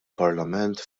parlament